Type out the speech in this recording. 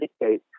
indicate